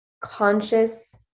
conscious